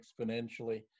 exponentially